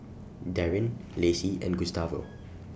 Darrin Lacie and Gustavo